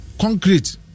Concrete